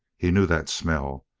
he knew that smell,